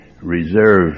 reserve